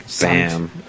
Bam